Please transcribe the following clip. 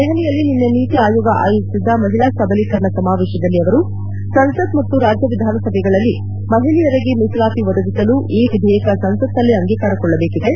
ದೆಹಲಿಯಲ್ಲಿ ನಿನ್ನೆ ನೀತಿ ಆಯೋಗ ಆಯೋಜಿಸಿದ್ದ ಮಹಿಳಾ ಸಬಲೀಕರಣ ಸಮಾವೇಶದಲ್ಲಿ ಸಂಸತ್ ಮತ್ತು ರಾಜ್ಯ ವಿಧಾನಸಭೆಗಳಲ್ಲಿ ಮಹಿಳೆಯರಿಗೆ ಮೀಸಲಾತಿ ಒದಗಿಸಲು ಈ ವಿಧೇಯಕ ಸಂಸತ್ನಲ್ಲಿ ಅಂಗೀಕಾರಗೊಳ್ಳಬೇಕಿದೆ